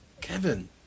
Kevin